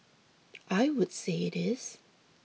I would say it is